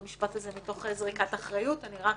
המשפט הזה מתוך זריקת אחריות אלא אני רק